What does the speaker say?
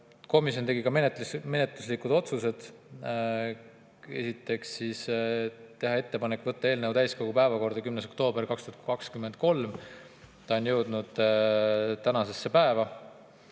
huvi. Komisjon tegi ka menetluslikud otsused. Esiteks, teha ettepanek võtta eelnõu täiskogu päevakorda 10. oktoobril 2023, sealt on ta jõudnud tänasesse päeva.